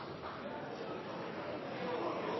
er så